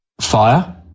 fire